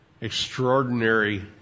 extraordinary